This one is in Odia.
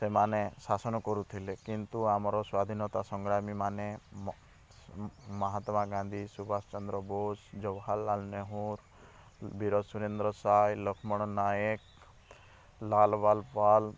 ସେମାନେ ଶାସନ କରୁଥିଲେ କିନ୍ତୁ ଆମର ସ୍ବାଧିନତା ସଂଗ୍ରାମୀ ମାନେ ମହାତ୍ମାଗାନ୍ଧୀ ସୁବାଷ ଚନ୍ଦ୍ର ବୋଷ ଜବାହାରଲାଲ ନେହେରୁ ବୀର ସୁରେନ୍ଦ୍ର ସାଏ ଲକ୍ଷ୍ମଣ ନାୟକ ଲାଲ ବାଲ ପାଲ